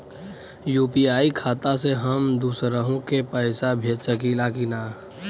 UPI खाता से हम दुसरहु के पैसा भेज सकीला की ना?